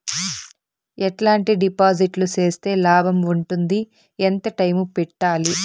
ఎట్లాంటి డిపాజిట్లు సేస్తే లాభం ఉంటుంది? ఎంత టైము పెట్టాలి?